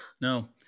no